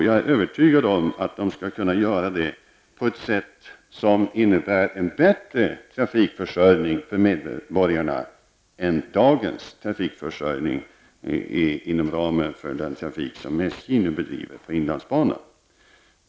Jag är övertygad om att bolagen skall kunna göra det på ett sådant sätt, att det blir en bättre trafikförsörjning för medborgarna än den trafik som SJ nu bedriver på inlandsbanan.